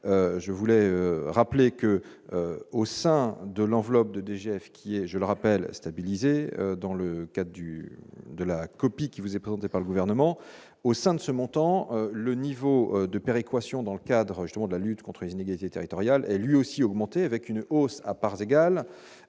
je voulais rappeler que, au sein de l'enveloppe de DGF qui est, je le rappelle, stabilisé dans le cas du de la copie qui vous est présenté par le gouvernement au sein de ce montant, le niveau de péréquation dans le cadre justement de la lutte contre l'inégalité territoriale et lui aussi augmenté, avec une hausse à parts égales